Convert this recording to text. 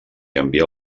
envia